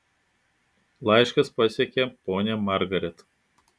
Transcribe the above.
laiškas pasiekė ponią margaret